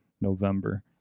november